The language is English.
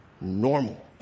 normal